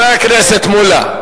חבר הכנסת מולה?